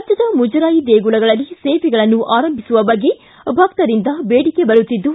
ರಾಜ್ಯದ ಮುಜರಾಯಿ ದೇಗುಲಗಳಲ್ಲಿ ಸೇವೆಗಳನ್ನು ಆರಂಭಿಸುವ ಬಗ್ಗೆ ಭಕ್ತರಿಂದ ಬೇಡಿಕೆ ಬರುತ್ತಿದ್ದು